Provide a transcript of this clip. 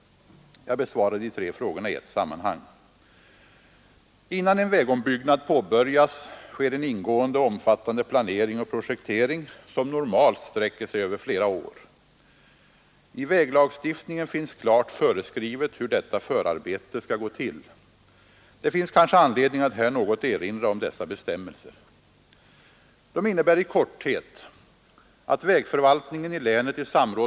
Jag besvarar de tre frågorna i ett sammanhang. Innan en vägombyggnad påbörjas sker en ingående och omfattande planering och projektering som normalt sträcker sig över flera år. I väglagstiftningen finns klart föreskrivet hur detta förarbete skall gå till. Det finns kanske anledning att här något erinra om dessa bestämmelser.